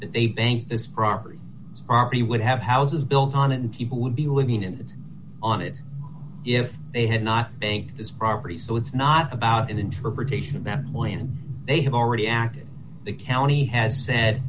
that they bank this property already would have houses built on it and people would be living in on it if they had not bank this property so it's not about an interpretation that when they have already acted the county has said